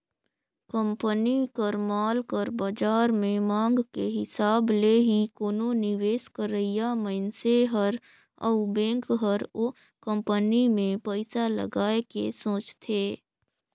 company कर माल कर बाजार में मांग के हिसाब ले ही कोनो निवेस करइया मनइसे हर अउ बेंक हर ओ कंपनी में पइसा लगाए के सोंचथे